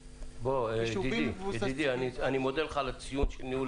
אני מודה לך על הציון לגבי ניהול